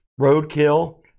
Roadkill